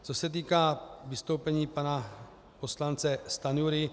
Co se týká vystoupení pana poslance Stanjury.